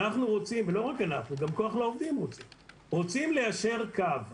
אנחנו וגם כוח לעובדים רוצים ליישר קו.